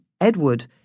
Edward